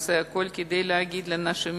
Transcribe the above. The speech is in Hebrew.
נעשה הכול כדי להגיד לאנשים,